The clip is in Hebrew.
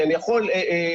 כי אני יכול להגיד,